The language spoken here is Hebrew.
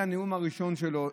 מהנאום הראשון שלו,